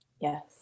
Yes